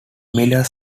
miller